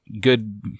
good